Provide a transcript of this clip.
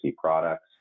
products